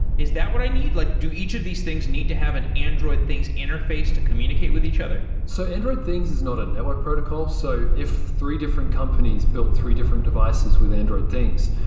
is that what i need? like do each of these things need to have an android things interface to communicate with each other? so android things is not a network protocol. so if three different companies built three different devices with android things,